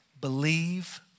Believe